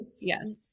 yes